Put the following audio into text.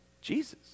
Jesus